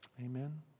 Amen